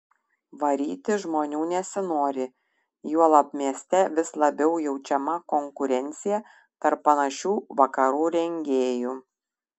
varyti žmonių nesinori juolab mieste vis labiau jaučiama konkurencija tarp panašių vakarų rengėjų